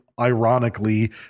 ironically